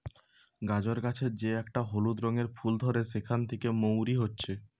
গাজর গাছের যে একটা হলুদ রঙের ফুল ধরে সেখান থিকে মৌরি হচ্ছে